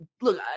look